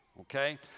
okay